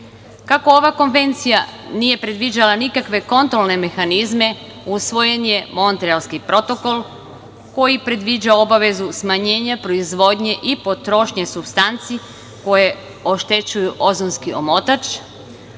ova Konvencija nije predviđala nikakve kontrolne mehanizme, usvojen je Montrealski protokol koji predviđa obavezu smanjenja proizvodnje i potrošnje supstanci, koje oštećuju ozonski omotač,